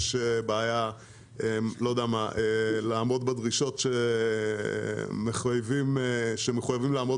יש בעיה לעמוד בדרישות שמחויבים לעמוד